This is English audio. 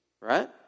right